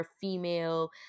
female